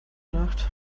nacht